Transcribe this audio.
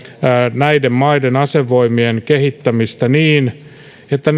näiden maiden asevoimien kehittämistä niin että